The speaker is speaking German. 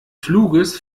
fluges